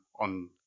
on